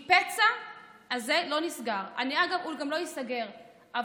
כי הפצע הזה לא נסגר, והוא גם לא ייסגר.